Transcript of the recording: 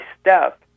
step